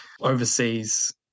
overseas